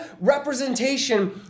representation